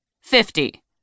Fifty